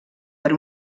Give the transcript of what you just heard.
per